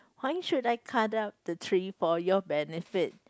why should I cut out the tree for your benefit